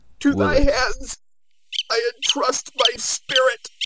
to thy hands i entrust my spirit.